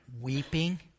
Weeping